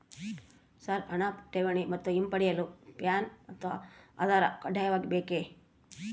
Sir ಹಣ ಠೇವಣಿ ಮತ್ತು ಹಿಂಪಡೆಯಲು ಪ್ಯಾನ್ ಮತ್ತು ಆಧಾರ್ ಕಡ್ಡಾಯವಾಗಿ ಬೇಕೆ?